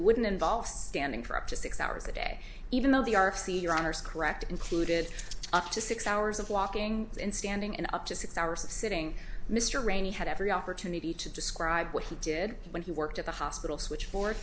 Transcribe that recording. wouldn't involve standing for up to six hours a day even though the r c your honour's correct included up to six hours of walking and standing in up to six hours of sitting mr rayney had every opportunity to describe what he did when he worked at the hospital switchboard